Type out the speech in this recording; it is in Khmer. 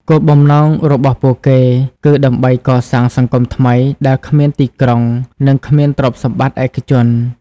គោលបំណងរបស់ពួកគេគឺដើម្បីកសាង សង្គមថ្មី ដែលគ្មានទីក្រុង និងគ្មានទ្រព្យសម្បត្តិឯកជន។